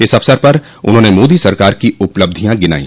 इस अवसर पर उन्होंने मोदी सरकार की उपलब्धियॉ भी गिनाई